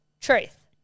Truth